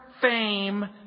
fame